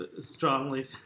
strongly